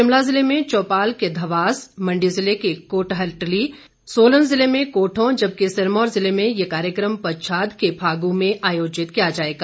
शिमला जिले में चौपाल के धवास मंडी जिले के कोटहटली सोलन जिले में कोठों जबकि सिरमौर जिले में ये कार्यक्रम पच्छाद के फागू में आयोजित किया जाएगा